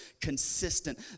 consistent